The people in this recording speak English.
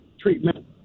treatment